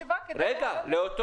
החריג הזה לשם